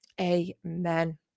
Amen